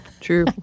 True